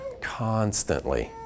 constantly